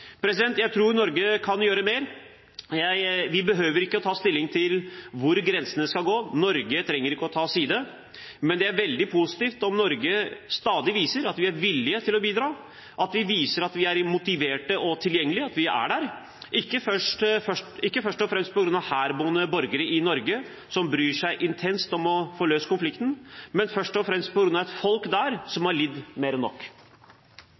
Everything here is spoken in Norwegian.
hvor grensene skal gå. Norge trenger ikke å velge side, men det er veldig positivt om Norge stadig viser at vi er villig til å bidra, at vi viser at vi er motiverte og tilgjengelige, at vi er der – ikke først og fremst på grunn av herboende borgere i Norge, som bryr seg intenst om å få løst konflikten, men først og fremst på grunn av et folk der som har lidd mer enn nok.